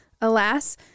Alas